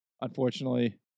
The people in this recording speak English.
Unfortunately